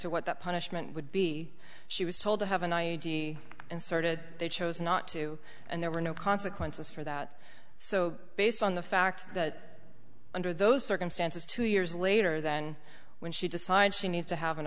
to what the punishment would be she was told to have an i e d inserted they chose not to and there were no consequences for that so based on the fact that under those circumstances two years later then when she decides she needs to have an